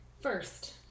first